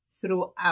throughout